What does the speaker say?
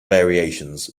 variations